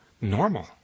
normal